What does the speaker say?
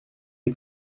les